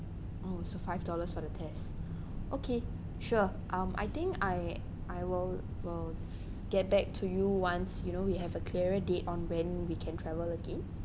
oh so five dollars for the test okay sure um I think I I will will get back to you once you know we have a clearer date on when we can travel again